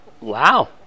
Wow